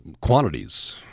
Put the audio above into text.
quantities